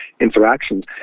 interactions